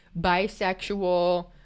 bisexual